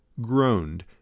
groaned